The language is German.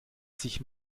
sich